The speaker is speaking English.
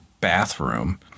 bathroom